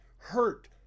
Hurt